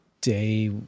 day